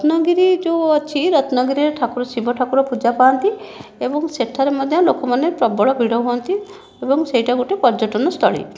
ରତ୍ନଗିରି ଯେଉଁ ଅଛି ରତ୍ନଗିରିରେ ଠାକୁର ଶିବ ଠାକୁର ପୂଜା ପାଆନ୍ତି ଏବଂ ସେଠାରେ ମଧ୍ୟ ଲୋକମାନେ ପ୍ରବଳ ଭିଡ଼ ହୁଅନ୍ତି ଏବଂ ସେଇଟା ଗୋଟେ ପର୍ଯ୍ୟଟନ ସ୍ଥଳୀ